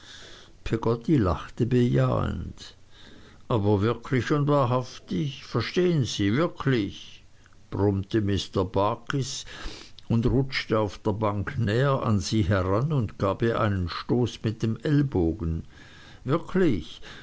peggotty lachte bejahend aber wirklich und wahrhaftig verstehen sie wirklich brummte mr barkis und rutschte auf der bank näher an sie heran und gab ihr einen stoß mit dem ellbogen wirklich